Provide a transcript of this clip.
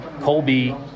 Colby